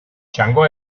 txango